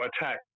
attack